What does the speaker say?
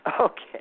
Okay